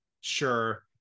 Sure